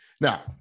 Now